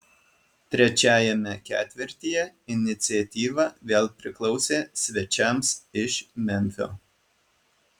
trečiajame ketvirtyje iniciatyva vėl priklausė svečiams iš memfio